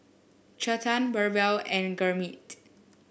Chetan BirbaL and Gurmeet